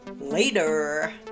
later